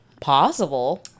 possible